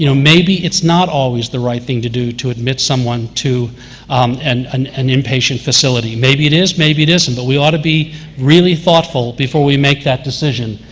you know maybe it's not always the right thing to do to admit someone to and an an in-patient facility. maybe it is, maybe it isn't. but we ought to be really thoughtful before we make that decision.